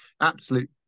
absolute